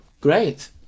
great